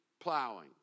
plowing